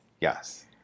yes